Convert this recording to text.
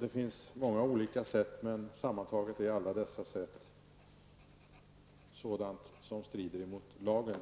Det finns många olika sätt, men sammantaget strider alla dessa sätt mot lagen.